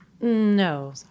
No